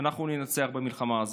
אנחנו ננצח במלחמה הזאת.